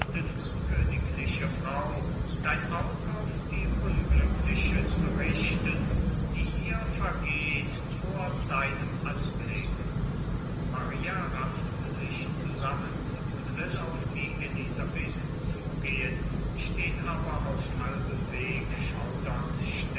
königliche frau dein aug auf die unglückliche zu richten die hier vergeht vor deinem anblick maria rafft sich zusammen und will auf die elisabeth zugehen steht aber auf halbem weg schaudernd